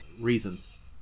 Reasons